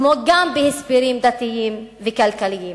כמו גם בהסברים דתיים וכלכליים.